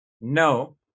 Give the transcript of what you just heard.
No